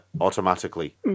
automatically